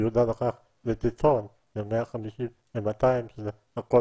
העניין הזה הוא דבר